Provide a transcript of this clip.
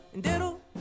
diddle